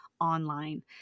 online